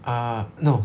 ah no